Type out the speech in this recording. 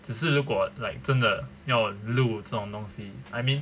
只是如果 like 真的要录这种东西 I mean